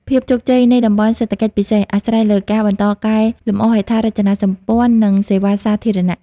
ភាពជោគជ័យនៃ តំបន់សេដ្ឋកិច្ចពិសេស អាស្រ័យលើការបន្តកែលម្អហេដ្ឋារចនាសម្ព័ន្ធ និងសេវាសាធារណៈ។